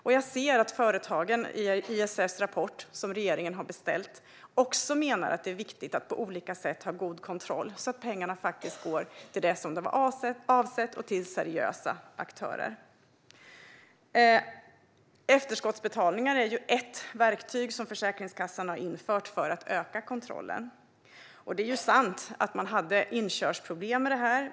Och jag ser att företagen i ISS rapport, som regeringen har beställt, också menar att det är viktigt att på olika sätt ha god kontroll så att pengarna går till det som de var avsedda för och till seriösa aktörer. Efterskottsbetalningar är ett verktyg som Försäkringskassan har infört för att öka kontrollen. Det är sant att man hade inkörningsproblem med detta.